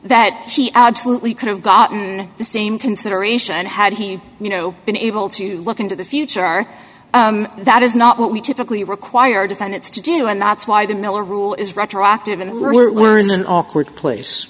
that she absolutely could have gotten the same consideration had he you know been able to look into the future are that is not what we typically require defendants to do and that's why the miller rule is retroactive and were in an awkward place